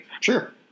Sure